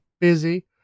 busy